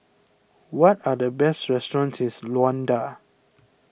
what are the best restaurants Luanda